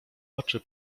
oczy